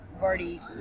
already